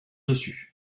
dessus